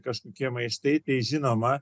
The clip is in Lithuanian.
kažkokie maištai tai žinoma